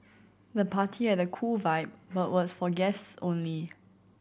the party had a cool vibe but was for guests only